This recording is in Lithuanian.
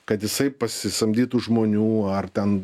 kad jisai pasisamdytų žmonių ar ten